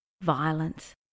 violence